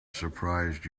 surprised